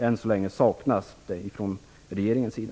Än så länge saknas det från regeringens sida.